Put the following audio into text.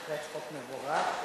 בהחלט חוק מבורך.